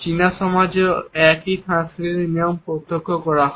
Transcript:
চীনা সমাজেও একই সাংস্কৃতিক নিয়ম প্রত্যক্ষ করা হয়